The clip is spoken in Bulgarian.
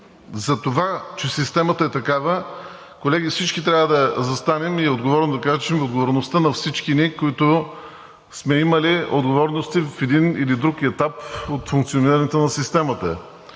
За това, че системата е такава, колеги, всички трябва да застанем и отговорно да кажем, че отговорността е на всички ни, които сме имали отговорности в един или друг етап от функционирането на системата.